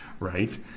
Right